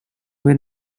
were